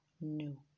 No